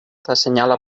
assenyala